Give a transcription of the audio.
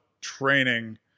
training